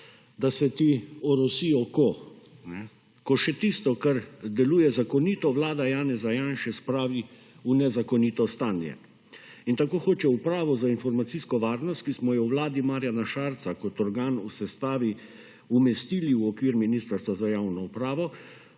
da se ti orosi oko, ko še tisto, kar deluje zakonito Vlada Janeza Janše spravi v nezakonito stanje in tako hoče upravo za informacijsko varnost, ki smo jo v Vladi Marjana Šarca kot organ v sestavi umestili v okvir Ministrstva za javno upravo